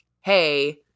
hey –